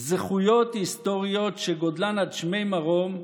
זכויות היסטוריות, שגודלן עד שמי רום,